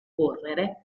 correre